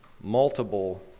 multiple